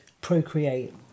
procreate